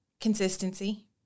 Consistency